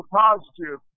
positive